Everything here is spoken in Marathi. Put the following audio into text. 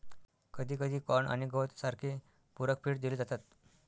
कधीकधी कॉर्न आणि गवत सारखे पूरक फीड दिले जातात